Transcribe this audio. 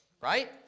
Right